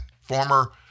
former